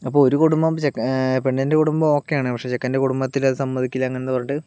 അപ്പോൾ ഒരു കുടുംബം ചെക് പെണ്ണിൻ്റെ കുടുംബം ഓക്കെയാണ് പക്ഷെ ചെക്കൻ്റെ കുടുംബത്തിലത് സമ്മതിക്കില്ലായെന്നു പറഞ്ഞിട്ട്